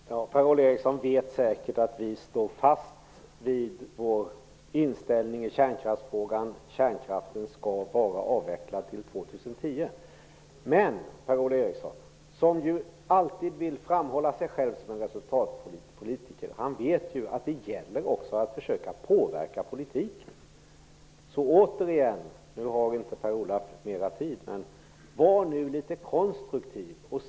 Herr talman! Per-Ola Eriksson vet säkert att vi står fast vid vår inställning i kärnkraftsfrågan. Kärnkraften skall vara avvecklad till 2010. Men Per-Ola Eriksson, som ju alltid vill framhålla sig själv som en resultatpolitiker, vet ju att det också gäller att försöka påverka politiken. Per-Ola Eriksson har inte mera taletid, men jag vill återigen uppmana honom att vara litet konstruktiv.